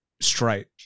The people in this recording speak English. straight